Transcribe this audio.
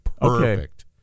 Perfect